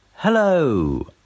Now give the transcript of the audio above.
Hello